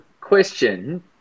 question